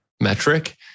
metric